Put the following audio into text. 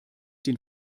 den